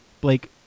Blake